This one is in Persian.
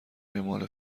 اعمال